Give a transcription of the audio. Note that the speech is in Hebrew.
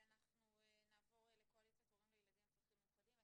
אנחנו נעבור לקואליציית הורים לילדים עם צרכים מיוחדים.